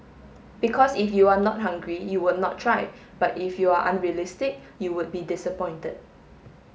because if you are not hungry you would not try but if you are unrealistic you would be disappointed